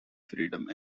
freedom